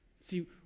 See